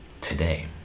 Today